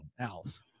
Alf